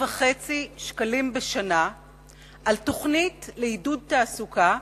וחצי שקלים בשנה על תוכנית לעידוד תעסוקה,